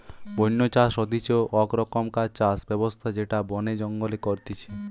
বন্য চাষ হতিছে আক রকমকার চাষ ব্যবস্থা যেটা বনে জঙ্গলে করতিছে